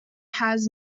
has